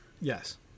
Yes